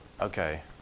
okay